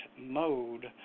mode